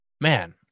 man